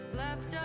left